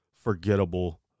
Forgettable